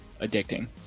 addicting